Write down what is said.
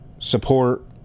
support